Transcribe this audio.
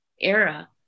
era